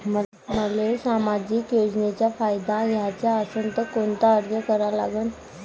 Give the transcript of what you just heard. मले सामाजिक योजनेचा फायदा घ्याचा असन त कोनता अर्ज करा लागन?